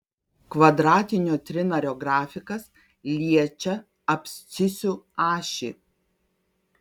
kvadratinio trinario grafikas liečia abscisių ašį